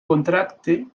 contracte